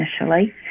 initially